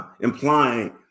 implying